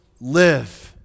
live